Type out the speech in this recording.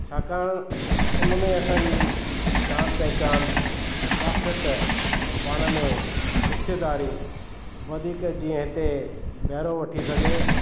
छाकाणि उन में असांजी जानु पहिचानु वाख्यत पाण में रिश्तेदारी वधीक जीअं हिते बहिरो वठी सघे